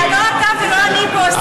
לא אתה ולא אני פה הסיפור,